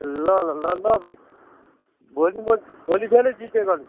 ल ल ल ल ल भाइ भोलि म भोलि बिहानै जिपे गर्